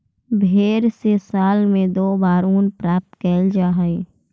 भेंड से साल में दो बार ऊन प्राप्त कैल जा हइ